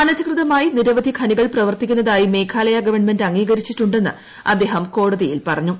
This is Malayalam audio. അനധികൃതമായി നിരവധി ഖനികൾ പ്രവർത്തിക്കുന്നതായി മേഘാലയ ഗവൺമെന്റ് അംഗീകരിച്ചിട്ടുണ്ടെന്ന് അദ്ദേഹം കോടതിയിൽ പറഞ്ഞു